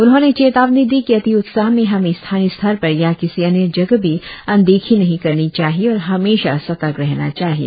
उन्होंने चेतावनी दी कि अति उत्साह में हमें स्थानीय स्तर पर या किसी अन्य जगह भी अनदेखी नहीं करनी चाहिए और हमेशा सतर्क रहना चाहिए